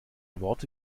worte